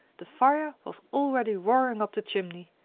the fire was already roaring up the chimney,